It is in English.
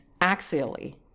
axially